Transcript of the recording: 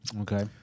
Okay